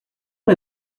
est